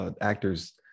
actors